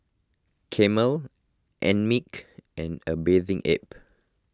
Camel Einmilk and a Bathing Ape